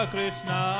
Krishna